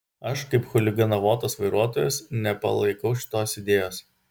aš kaip chuliganavotas vairuotojas nepalaikau šitos idėjos